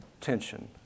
tension